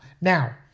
Now